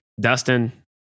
Dustin